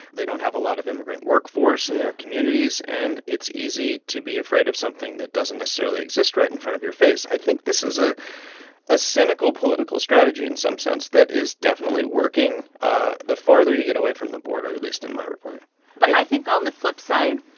they don't have a lot of immigrant workforce. yeah. in their communities. and it's easy to be afraid of something that doesn't necessarily exist right in front of your face. i think this is ah a cynical political strategy, in some sense, that is definitely working ah the farther you get away from the border, at least in my reporting but i think, on the flip side,